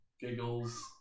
Giggles